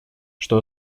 что